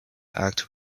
act